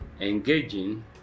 engaging